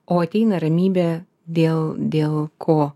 o ateina ramybė dėl dėl ko